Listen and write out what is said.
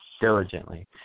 diligently